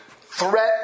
threat